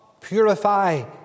purify